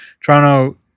Toronto